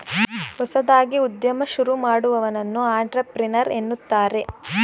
ಹೊಸದಾಗಿ ಉದ್ಯಮ ಶುರು ಮಾಡುವವನನ್ನು ಅಂಟ್ರಪ್ರಿನರ್ ಎನ್ನುತ್ತಾರೆ